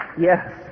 yes